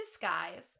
disguise